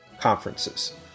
conferences